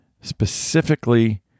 specifically